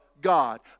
God